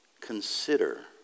Consider